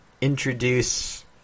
introduce